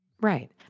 Right